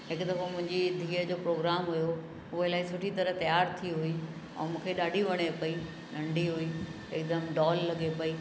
हिकु दफ़ो मुंहिंजी धीअ जो प्रोग्राम हुओ उहा इलाही सुठी तरह तयार थी हुई ऐं मूंखे ॾाढी वणे पई नंढी हुई हिकदमि डॉल लॻे पई